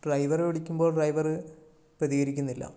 ഡ്രൈവറെ വിളിക്കുമ്പോൾ ഡ്രൈവറ് പ്രതികരിക്കുന്നില്ല